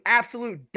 absolute